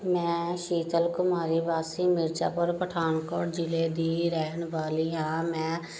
ਮੈਂ ਸ਼ੀਤਲ ਕੁਮਾਰੀ ਵਾਸੀ ਮਿਰਜ਼ਾਪੁਰ ਪਠਾਨਕੋਟ ਜ਼ਿਲ੍ਹੇ ਦੀ ਰਹਿਣ ਵਾਲੀ ਹਾਂ ਮੈਂ